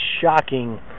shocking